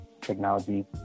technology